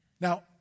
Now